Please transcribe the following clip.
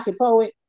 Poet